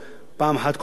פעם אחת כל שנה,